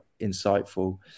insightful